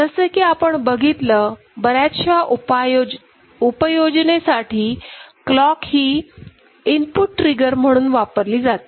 जसं की आपण बघितलं बऱ्याचशा उपयोजनेसाठी क्लॉक ही इनपुट ट्रिगर म्हणून वापरली जाते